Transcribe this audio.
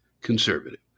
conservative